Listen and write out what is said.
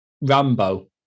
Rambo